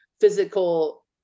physical